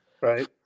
Right